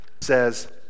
says